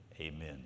amen